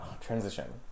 Transition